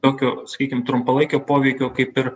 tokio sakykim trumpalaikio poveikio kaip ir